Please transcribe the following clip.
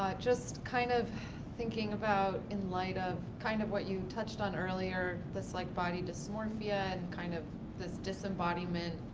but just kind of thinking about in light of kind of what you touched on earlier, this like body dysmorphia and kind of this disembodiment